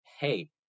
hey